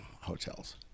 hotels